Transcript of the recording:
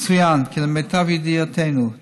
יצוין כי למיטב ידיעתנו,